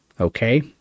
Okay